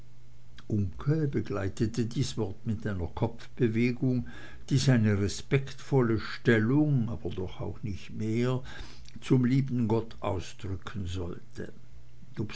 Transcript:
uncke begleitete dies wort mit einer kopfbewegung die seine respektvolle stellung aber doch auch nicht mehr zum lieben gott ausdrücken sollte